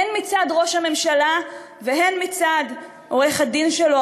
הן מצד ראש הממשלה והן מצד עורך-הדין שלו,